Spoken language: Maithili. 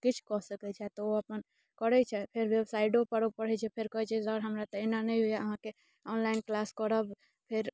तो किछु कऽ सकैत छेँ तो अपन करैत छै फेर वेबसाइडो पर ओ पढ़ैत छै फेर कहैत छै सर हमरा तऽ एना नहि होइया अहाँकेँ ऑनलाइन क्लास करब फेर